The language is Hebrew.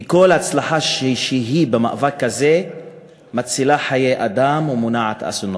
כי כל הצלחה במאבק הזה מצילה חיי אדם ומונעת אסונות.